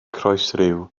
croesryw